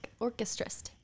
orchestrist